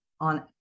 on